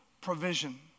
provision